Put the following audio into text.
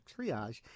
triage